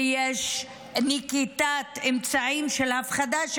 ויש נקיטת אמצעים של הפחדה.